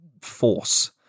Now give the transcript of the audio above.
force